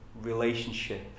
relationship